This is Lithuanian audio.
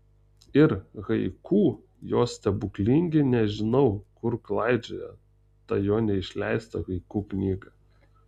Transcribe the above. ir haiku jo stebuklingi nežinau kur klaidžioja ta jo neišleista haiku knyga